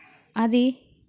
అది